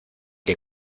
que